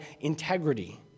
integrity